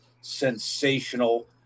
sensational